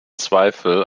zweifel